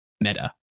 meta